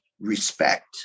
respect